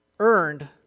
earned